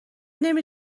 نمی